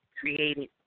created